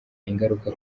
ingaruka